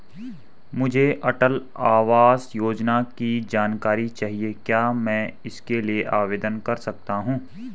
मुझे अटल आवास योजना की जानकारी चाहिए क्या मैं इसके लिए आवेदन कर सकती हूँ?